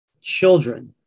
children